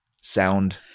sound